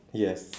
ya